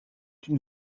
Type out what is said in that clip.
une